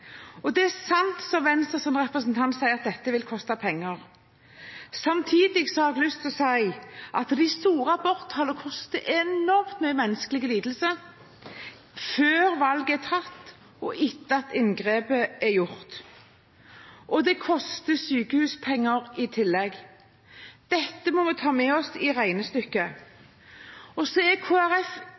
dag. Det er sant, som Venstres representant sa, at dette vil koste penger. Samtidig har jeg lyst til å si at de store aborttallene koster enormt mye menneskelig lidelse – før valget er tatt og etter at inngrepet er gjort. Det koster sykehuspenger i tillegg. Dette må vi ta med oss i regnestykket. Så er